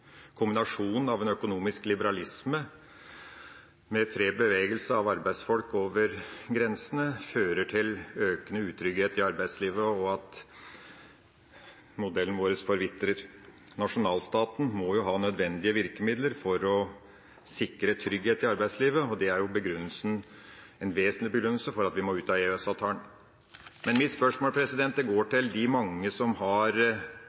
Kombinasjonen av en økonomisk liberalisme med fri bevegelse av arbeidsfolk over grensene fører til økende utrygghet i arbeidslivet og at modellen vår forvitrer. Nasjonalstaten må jo ha nødvendige virkemidler for å sikre trygghet i arbeidslivet. Det er en vesentlig begrunnelse for at vi må ut av EØS-avtalen. Men mitt spørsmål går på de mange som har